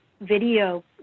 video